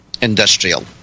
Industrial